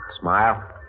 Smile